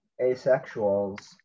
asexuals